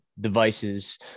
devices